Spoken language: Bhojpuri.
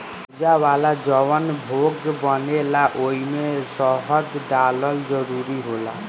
पूजा वाला जवन भोग बनेला ओइमे शहद डालल जरूरी होला